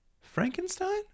Frankenstein